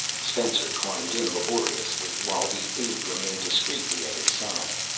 spencer climbed in laboriously while the aide remained discreetly at his side.